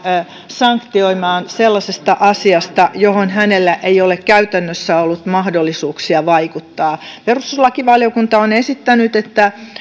sanktioimaan sellaisesta asiasta johon hänellä ei ole käytännössä ollut mahdollisuuksia vaikuttaa perustuslakivaliokunta on esittänyt että